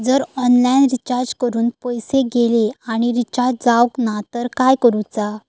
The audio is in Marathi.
जर ऑनलाइन रिचार्ज करून पैसे गेले आणि रिचार्ज जावक नाय तर काय करूचा?